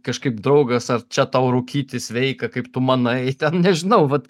kažkaip draugas ar čia tau rūkyti sveika kaip tu manai ten nežinau vat